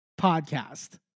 podcast